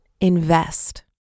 invest